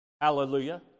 Hallelujah